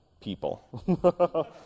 people